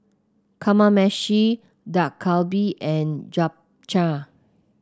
Kamameshi Dak Galbi and Japchae